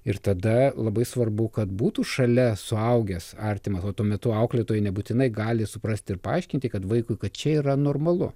ir tada labai svarbu kad būtų šalia suaugęs artimas o tuo metu auklėtojai nebūtinai gali suprasti ir paaiškinti kad vaikui kad čia yra normalu